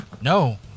No